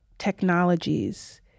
technologies